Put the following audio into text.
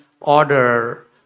order